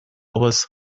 was